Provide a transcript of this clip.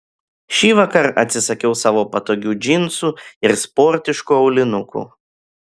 šįvakar atsisakiau savo patogių džinsų ir sportiškų aulinukų